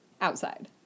outside